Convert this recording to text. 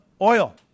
oil